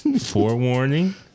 forewarning